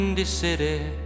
City